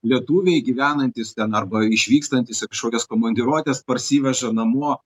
lietuviai gyvenantys ten arba išvykstantys į kokias komandiruotes parsiveža namo